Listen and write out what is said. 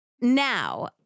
Now